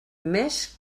més